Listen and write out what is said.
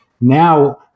now